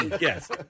Yes